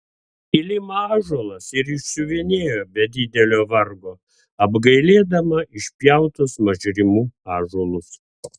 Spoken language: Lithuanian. kilimą ąžuolas ir išsiuvinėjo be didelio vargo apgailėdama išpjautus mažrimų ąžuolus